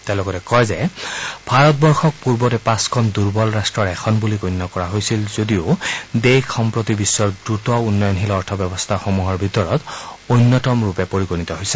তেওঁ লগতে কয় যে ভাৰতবৰ্যক পূৰ্বতে পাঁচখন দুৰ্বল ৰাট্টৰ এখন বুলি গণ্য কৰা হৈছিল যদিও দেশ সম্প্ৰতি বিশ্বৰ দ্ৰুত উন্নয়নশীল অৰ্থ ব্যৱস্থাসমূহৰ ভিতৰত অন্যতমৰূপে পৰিগণিত হৈছে